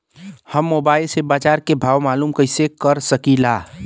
हम मोबाइल से बाजार के भाव मालूम कइसे कर सकीला?